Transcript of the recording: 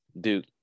Duke